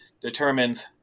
determines